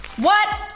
what?